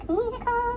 musical